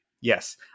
Yes